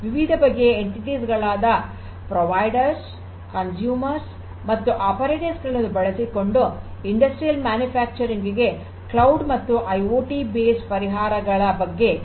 ವಿವಿಧ ಬಗೆಯ ಘಟಕಗಳಾದ ಪೂರೈಕೆದಾರರು ಗ್ರಾಹಕರು ಮತ್ತು ನಿರ್ವಾಹಕರು ಗಳನ್ನು ಬಳಸಿಕೊಂಡು ಕೈಗಾರಿಕಾ ಉತ್ಪಾದನೆಗೆ ಕ್ಲೌಡ್ ಮತ್ತು ಐಓಟಿ ಆಧಾರಿತ ಪರಿಹಾರದ ಬಗ್ಗೆ ತಿಳಿಸಿದ್ದಾರೆ